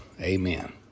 Amen